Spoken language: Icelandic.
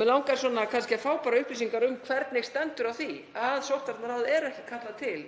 Mig langaði kannski að fá upplýsingar um hvernig stendur á því að sóttvarnaráð er ekki kallað til